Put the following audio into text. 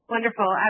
Wonderful